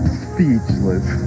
speechless